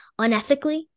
unethically